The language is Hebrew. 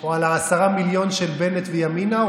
או על 10 המיליון של בנט וימינה,